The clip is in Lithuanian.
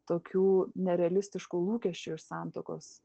tokių nerealistiškų lūkesčių iš santuokos